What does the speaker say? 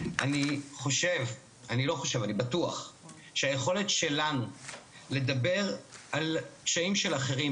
אני בטוח שהיכולת שלנו לדבר על קשיים של אחרים,